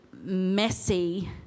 messy